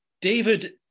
David